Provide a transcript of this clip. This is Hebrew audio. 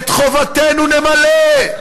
את חובתנו נמלא.